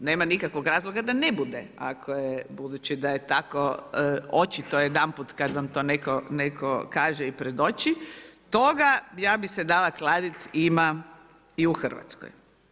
To nema nikakvog razloga da ne bude ako je budući da je tako očito jedanput kada vam to neko kaže i predoči, toga ja bih se dala kladit ima i u Hrvatskoj.